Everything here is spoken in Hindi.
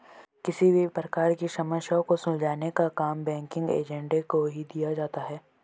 किसी भी प्रकार की समस्या को सुलझाने का काम बैंकिंग एजेंट को ही दिया जाता है